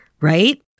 right